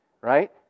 right